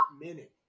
minute